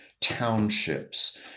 townships